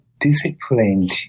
disciplined